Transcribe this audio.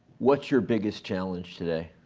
what's your biggest challenge today?